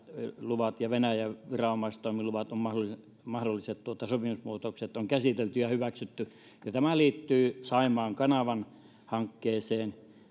vesiluvat ja venäjän viranomaistoimiluvat ja mahdolliset sopimusmuutokset on käsitelty ja hyväksytty ja tämä liittyy saimaan kanavan hankkeeseen